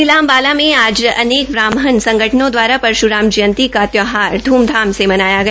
जिला अंबाला में आज अनेक ब्राह्मण संगठनों द्वारा परशुराम जयंती का त्यौहार ध्रमधाम से मनाया गया